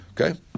Okay